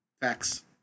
Facts